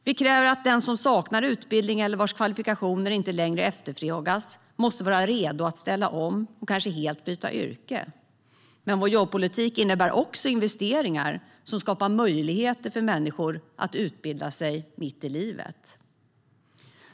Vi kräver att den som saknar utbildning eller vars kvalifikationer inte längre efterfrågas måste vara redo att ställa om och kanske helt byta yrke. Men vår jobbpolitik innebär även investeringar som skapar möjligheter för människor att utbilda sig mitt i livet.